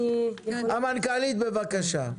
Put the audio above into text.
המנכ"לית, בבקשה.